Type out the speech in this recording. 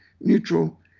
neutral